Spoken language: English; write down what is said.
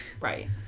right